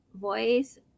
voice